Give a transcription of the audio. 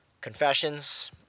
Confessions